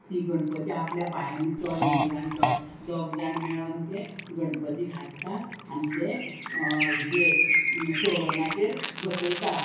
ती गणपती आपल्या पांयांनी चोलोन येयलो आनी दोग दोग जाण मेळोन ते गणपती घाट्टा आनी ते हेजेर चौरंगाचेर बसयता